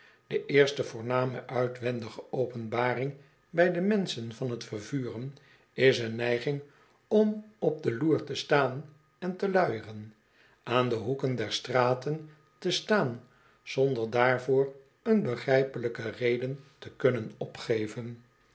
de eerste voorname uitwendige openbaring bij den mensch van t vervuren is een neiging om op de loer te staan en te luieren aan de hoeken der straten te staan zonder daarvoor een begrijpelijke reden te kunnen opgeven